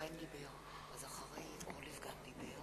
אחד העלה אותי והשני הוריד אותי?